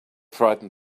frightened